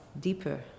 deeper